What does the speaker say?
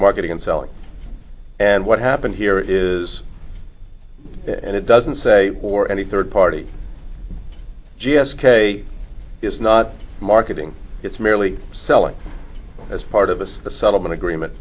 marketing and selling and what happened here is that it doesn't say or any third party g s k is not marketing it's merely selling as part of this settlement agreement